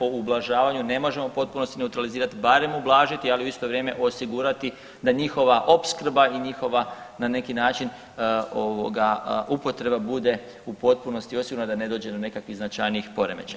O ublažavanju ne možemo u potpunosti neutralizirat barem ublažiti, ali u isto vrijeme osigurati da njihova opskrba i njihova na neki način upotreba bude u potpunosti osigurana da ne dođe do nekakvih značajnijih poremećaja.